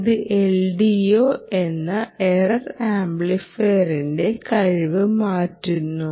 ഇത് LDO എന്ന error ആംപ്ലിഫയറിന്റെ കഴിവ് മാറ്റുന്നു